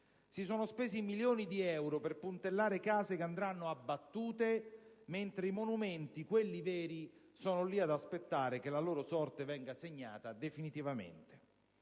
Si sono spesi milioni di euro per puntellare case che andranno abbattute, mentre i monumenti, quelli veri, sono lì ad aspettare che la loro sorte venga segnata definitivamente.